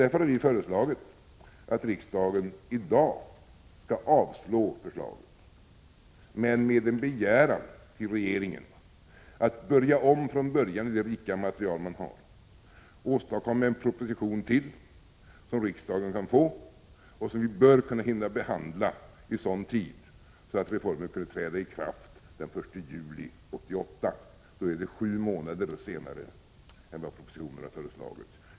Därför har vi i dag föreslagit riksdagen att avslå förslaget, men med en begäran till regeringen att börja om från början i det rika material som finns, åstadkomma en ny proposition som riksdagen kan få och som vi bör hinna behandla i sådan tid att reformen kan träda i kraft den 1 juli 1988. Det är sju månader senare än vad propositionen har föreslagit.